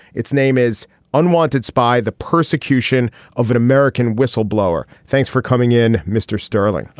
its name is unwonted spy the persecution of an american whistleblower. thanks for coming in. mr. sterling,